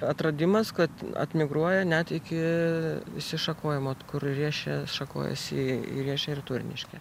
atradimas kad atmigruoja net iki įsišakojimo kur riešė šakojasi į riešę ir turniškę